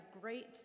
great